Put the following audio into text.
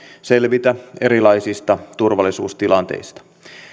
selvitä erilaisista turvallisuustilanteista